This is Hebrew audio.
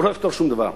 הוא לא יפתור שום דבר.